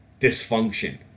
dysfunction